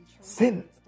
Sin